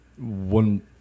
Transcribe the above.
One